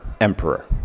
Emperor